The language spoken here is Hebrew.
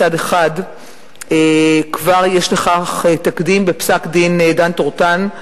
מצד אחד כבר יש לכך תקדים בפסק-דין דן טורטן,